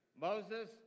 Moses